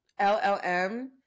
LLM